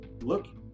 look